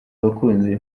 abakunzi